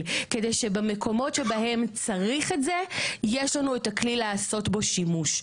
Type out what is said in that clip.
כדי שבמקומות שבהם צריך את זה יש לנו את הכלי לעשות בו שימוש.